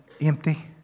empty